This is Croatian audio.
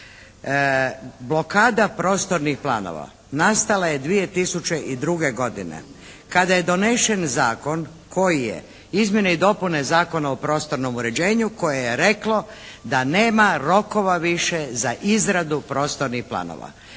blokada prostornih planova nastala je 2002. godine kada je donesen zakon koji je, izmjene i dopune Zakona o prostornom uređenju koje je reklo da nema rokova više za izradu prostornih planova.